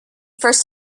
first